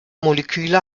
moleküle